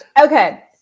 Okay